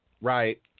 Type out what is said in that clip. Right